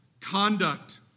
conduct